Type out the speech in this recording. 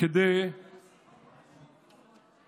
כאן כדי